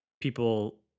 people